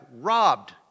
robbed